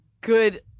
good